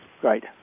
Great